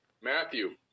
Matthew